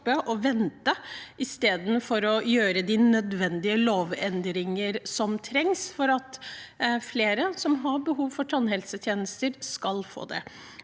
og vente, istedenfor å gjøre de nødvendige lovendringer som trengs for at flere som har behov for tannhelsetjenester, skal få det.